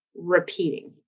repeating